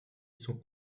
sont